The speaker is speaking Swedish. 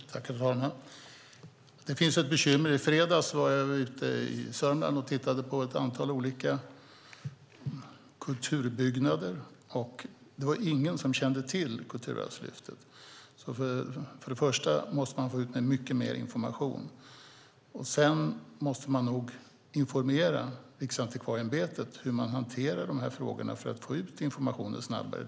Herr talman! Det finns ett bekymmer. I fredags var jag i Sörmland och tittade på ett antal olika kulturbyggnader, och där var det ingen som kände till Kulturarvslyftet. För det första måste man gå ut med mycket mer information. För det andra måste man informera Riksantikvarieämbetet om hur de hanterar de här frågorna för att få ut information snabbare.